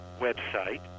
website